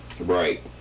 Right